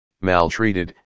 maltreated